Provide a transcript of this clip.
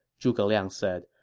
zhuge liang said.